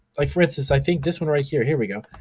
like for instance, i think this one right here, here we go.